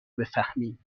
بفهمیم